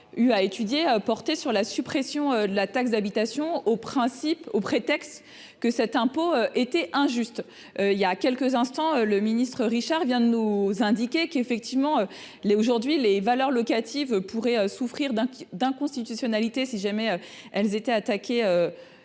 eu à étudier porter sur la suppression de la taxe d'habitation au principe au prétexte que cet impôt était injuste, il y a quelques instants, le ministre Richard vient de nous indiquer qu'effectivement les aujourd'hui les valeurs locatives pourrait souffrir d'un d'inconstitutionnalité, si jamais elles étaient attaqués